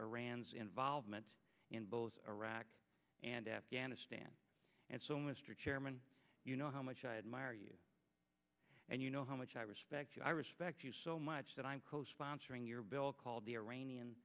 iran's involvement in both iraq and afghanistan and so mr chairman you know how much i admire you and you know how much i respect you i respect you so much that i'm co sponsoring your bill called